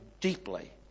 deeply